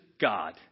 God